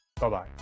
Bye-bye